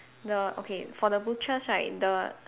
the okay for the butchers right the